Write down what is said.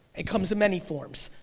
it comes in many forms.